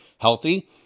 healthy